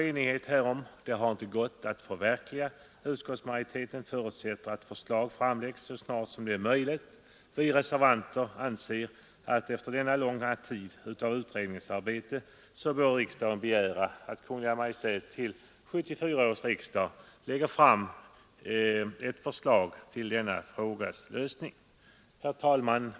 Enighet härom har dock inte kunnat uppnås. Utskottsmajoriteten förutsätter att förslag framläggs så snart som det är möjligt. Vi reservanter anser att efter denna långa tid av utredningsarbete bör riksdagen begära att Kungl. Maj:t till 1974 års riksdag lägger fram ett förslag till denna frågas lösning. Herr talman!